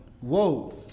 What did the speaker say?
Whoa